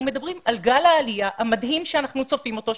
מדברים על גל העלייה המדהים שאנחנו צופים אותו,